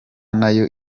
nayo